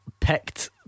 Picked